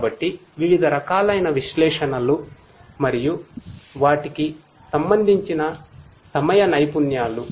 కాబట్టి ఇవి వివిధ రకాలైన విశ్లేషణలు మరియు వాటికి సంబంధించిన సమయ నైపుణ్యాలు